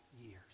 years